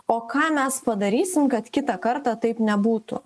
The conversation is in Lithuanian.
o ką mes padarysim kad kitą kartą taip nebūtų